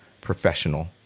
professional